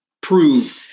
prove